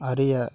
அறிய